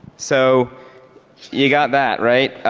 so you got that, right?